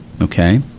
okay